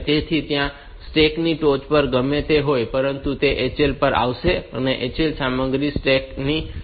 તેથી ત્યાં સ્ટેક ની ટોચ પર ગમે તે હોય પરંતુ તે HL પર આવશે અને HL સામગ્રી સ્ટેક્સ ની ટોચ પર જશે